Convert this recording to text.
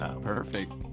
perfect